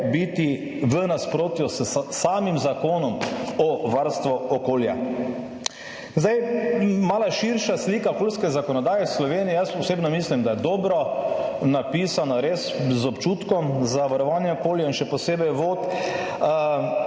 biti v nasprotju s samim Zakonom o varstvu okolja. Zdaj, malo širša slika okolijske zakonodaje v Sloveniji, jaz osebno mislim, da je dobro napisana, res z občutkom za varovanje okolja in še posebej vod,